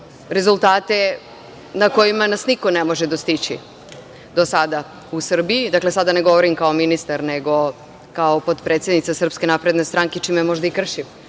rezultate na kojima nas niko ne može dostići do sada u Srbiji. Dakle, sada ne govorim kao ministar, nego kao potpredsednica SNS, čime možda i kršim